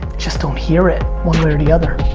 just, don't hear it. one way or the other.